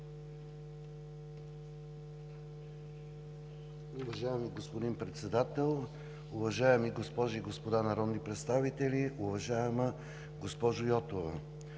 Уважаеми господин Председател, уважаеми госпожи и господа народни представители, уважаема госпожо Цветкова!